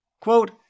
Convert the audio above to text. Quote